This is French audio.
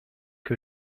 que